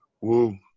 Woo